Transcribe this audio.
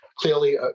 clearly